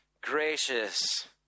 gracious